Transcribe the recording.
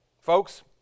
Folks